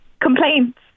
complaints